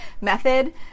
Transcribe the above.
method